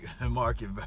market